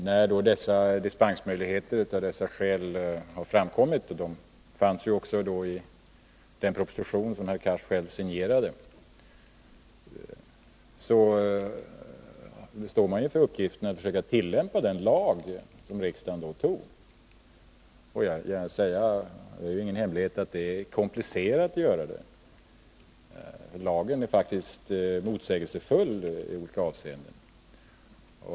När vi då av dessa skäl fått denna dispensmöjlighet — den fanns med också i den proposition som herr Cars själv signerade — står man inför uppgiften att försöka tillämpa den lag som riksdagen antog. Jag vill gärna säga — det är ingen hemlighet — att det är komplicerat att tillämpa lagen. Den är faktiskt motsägelsefull i olika avseenden.